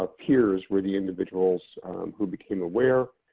ah peers were the individuals who became aware,